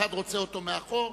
אחד רוצה אותו מאחור,